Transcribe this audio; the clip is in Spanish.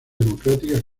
democráticas